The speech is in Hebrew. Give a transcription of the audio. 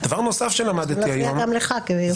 דבר נוסף שלמדתי היום -- זה צריך להפריע גם לך כיושב-ראש.